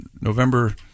November